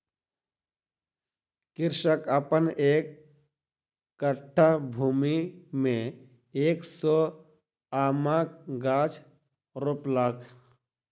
कृषक अपन एक कट्ठा भूमि में एक सौ आमक गाछ रोपलक